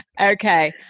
Okay